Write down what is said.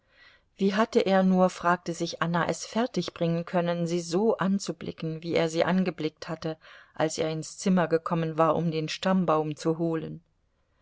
wie hatte er nur fragte sich anna es fertigbringen können sie so anzublicken wie er sie angeblickt hatte als er ins zimmer gekommen war um den stammbaum zu holen